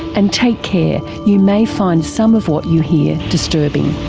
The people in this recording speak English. and take care, you may find some of what you hear disturbing.